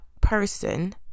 person